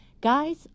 Guys